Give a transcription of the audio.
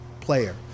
player